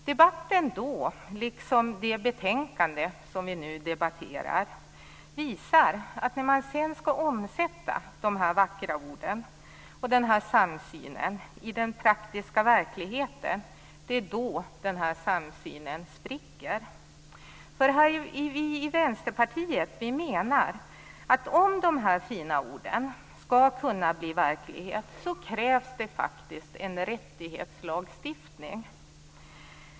Debatten då, liksom det betänkande som vi nu debatterar, visar att när de vackra orden och samsynen sedan skall omsättas i praktisk verklighet, så spricker denna samsyn. Vi i Vänsterpartiet anser att om alla dessa fina ord skall kunna bli verklighet krävs det faktiskt en rättighetslagstiftning.